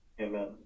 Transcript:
Amen